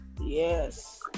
yes